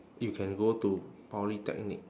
you can go to polytechnic